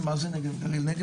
מה זה נגב - גליל?